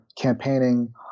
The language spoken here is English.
campaigning